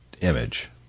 image